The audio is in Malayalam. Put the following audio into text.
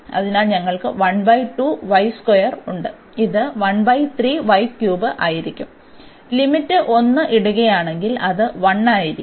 അതിനാൽ ഞങ്ങൾക്ക് ഉണ്ട് ഇത് ആയിരിക്കും ലിമിറ്റ് 1 ഇടുകയാണെങ്കിൽ അത് 1 ആയിരിക്കും